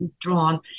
drawn